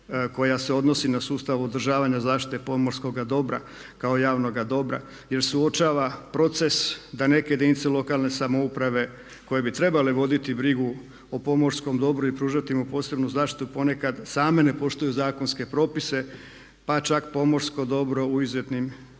koja se odnosi na sustav održavanja zaštite pomorskoga dobra kao javnoga dobra jer suočava proces da neke jedinice lokalne samouprave koje bi trebale voditi brigu o pomorskom dobru i pružati mu posebnu zaštitu ponekad same ne poštuju zakonske propise pa čak pomorsko dobro u izvjesnim nekim